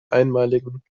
einmaligen